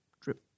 drip